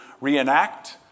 reenact